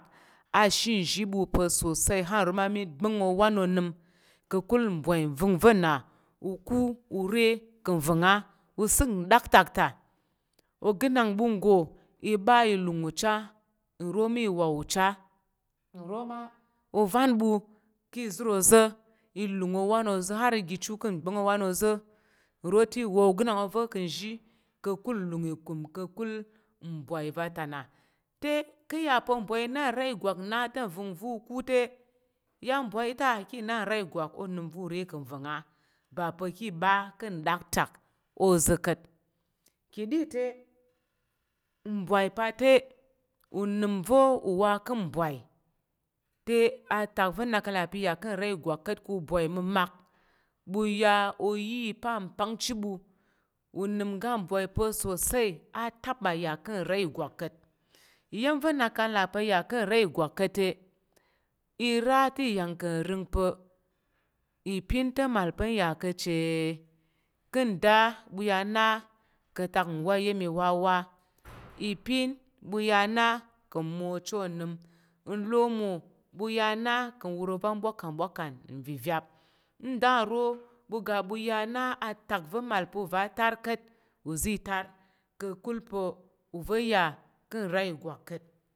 A shin nzhi ɓu pa̱ sosai har uro mmami bang owan onəm ka̱kul mbwai nvəngva̱ na uku ure ka̱ vong a usək ndaktak ta ogənang ɓu nggo i bak lung ucha nro ma iwa ucha nro ma ovan ɓu ka̱ izər oza̱ i lung owan oza̱ har iga chu ka̱ bang owan oza̱ nro te iwa ogənang oza̱ ka̱ nzhi ka̱kul nlung i kung kakul mbwai va̱ta na te ka̱ ya pa̱ mbwai ina nra ìgwak na te nvəngva̱ u ka̱ te ya mbwai ta ka̱ na nra ìgwak unəm va̱ ure ka̱ vong a ɓa pa̱ ka̱ ɓa kan nda le atak oza̱ ka̱t ka̱ɗi te mbwai pa̱ te unəm va̱ uwa ka̱ mbwai te atak va̱ n ka̱ nlà pa̱ uya ka̱ nra ìgwak ka̱t ka̱ mbwai mi mak ɓu ya o yi ipang panchi ɓu unəm ga mbwai pa̱ sosai ata ɓa ya ka̱ nra ìgwak ka̱t iya̱m va̱ nak kang nlà pa ya ka̱ nra ìgwak ka̱t te i ra te ya ka̱ rəng pa̱ ipin te mal pa̱ nya ka̱ chu ka̱ nɗa ɓu ya na ka̱ atak wa yi iwawa ipin ɓu ya na ka̱ mwo acha onəm nlomo ɓu ya na ka̱ wor ovan ro ka̱ mbwakan ivəngva̱ nda ro ɓu ga bu ya na atak va̱ mal pa̱ uva̱ atar ka̱t uza̱ tar ka̱kul pa̱ uva̱ ya ka̱ nra ìgwak kat.